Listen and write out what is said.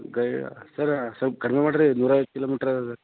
ಗೈ ಸರ ಸ್ವಲ್ಫ್ ಕಡಿಮೆ ಮಾಡ್ರಿ ನೂರ ಐವತ್ತು ಕಿಲೋಮೀಟ್ರ್ ಅದ